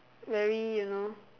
very you know